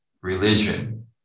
religion